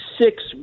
Six